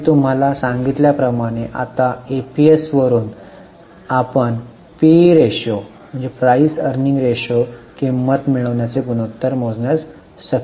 मी तुम्हाला सांगितल्या प्रमाणे आता ईपीएस वरुन आपण पीई रेशो किंमत मिळविण्याचे गुणोत्तर मोजण्यास सक्षम आहोत